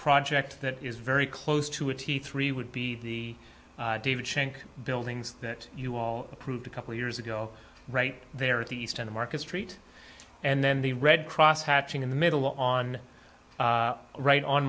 project that is very close to a t three would be the david shenk buildings that you all approved a couple years ago right there at the east end market street and then the red cross hatching in the middle on right on